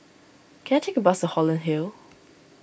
can I take a bus Holland Hill